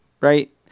Right